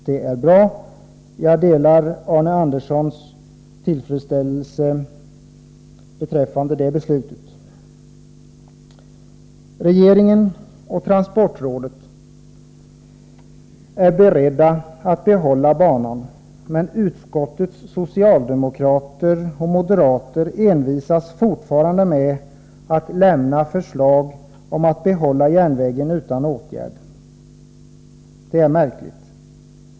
Det är bra, och jag delar Arne Anderssons i Gamleby tillfredsställelse med beslutet. Regeringen och transportrådet är beredda att behålla banan, men utskottets socialdemokrater och moderater envisas fortfarande med att lämna förslagen om att behålla järnvägen utan åtgärd. Det är märkligt.